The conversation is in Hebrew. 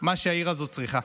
מה שהעיר הזאת צריכה.